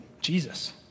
Jesus